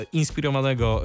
inspirowanego